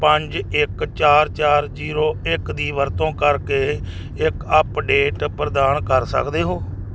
ਪੰਜ ਇੱਕ ਚਾਰ ਚਾਰ ਜੀਰੋ ਇੱਕ ਦੀ ਵਰਤੋਂ ਕਰਕੇ ਇੱਕ ਅੱਪਡੇਟ ਪ੍ਰਦਾਨ ਕਰ ਸਕਦੇ ਹੋ